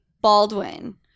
Baldwin